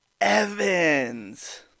Evans